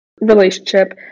relationship